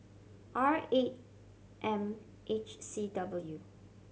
R eight M H C W